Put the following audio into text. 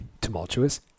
tumultuous